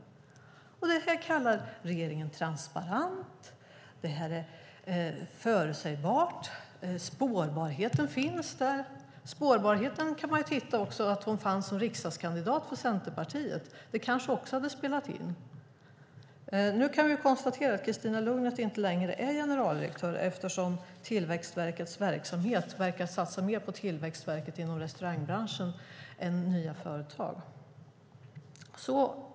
Detta kallar regeringen transparent och förutsägbart. Man säger att spårbarheten finns. Man kan se att Christina Lugnet fanns som riksdagskandidat för Centerpartiet; det kanske också spelade in. Nu kan vi konstatera att Christina Lugnet inte längre är generaldirektör eftersom Tillväxtverket verkar satsa mer på tillväxt inom restaurangbranschen än på nya företag.